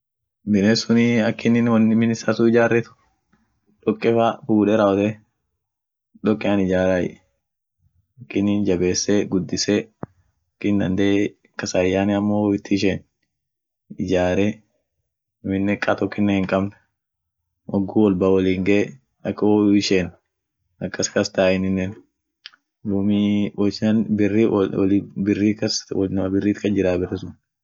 Binessunii akinin won min issa sun ijjaret dokke fa fuude rawoote dokean ijjaray akinin jabbese guddise akin dandee kassa hin yane ama woyyu it hi ishen ijarre amine ka tokinnen hinn